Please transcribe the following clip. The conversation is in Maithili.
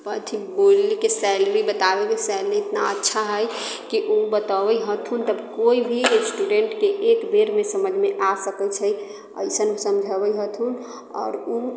अथि बोलैके सैलरि बताबैके सैलरि इतना अच्छा हइ कि ओ बताबैत हथुन तब कोइ भी स्टुडेन्टके एकबेरमे समझमे आबि सकैत छै अइसन समझबैत हथुन आओर ओ